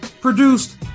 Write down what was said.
produced